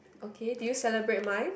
okay do you celebrate mine